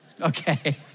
Okay